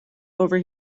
over